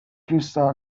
crystal